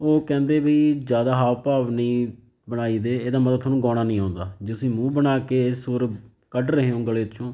ਉਹ ਕਹਿੰਦੇ ਵੀ ਜ਼ਿਆਦਾ ਹਾਵ ਭਾਵ ਨਹੀਂ ਬਣਾਈ ਦੇ ਇਹਦਾ ਮਤਲਬ ਤੁਹਾਨੂੰ ਗਾਉਣਾ ਨਹੀਂ ਆਉਂਦਾ ਜੇ ਤੁਸੀਂ ਮੂੰਹ ਬਣਾ ਕੇ ਸੁਰ ਕੱਢ ਰਹੇ ਹੋ ਗਲੇ 'ਚੋਂ